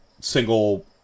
single